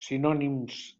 sinònims